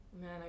Man